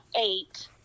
eight